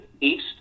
east